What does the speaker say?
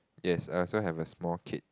yes I also have a small kid